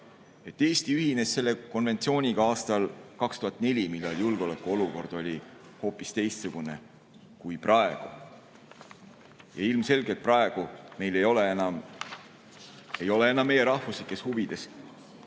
Eesti ühines Ottawa konventsiooniga aastal 2004, kui julgeolekuolukord oli hoopis teistsugune kui praegu. Ilmselgelt praegu ei ole enam meie rahvuslikes huvides